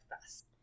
best